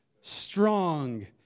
strong